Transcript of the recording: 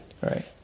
right